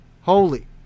holy